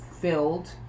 filled